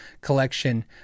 collection